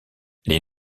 les